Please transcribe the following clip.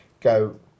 go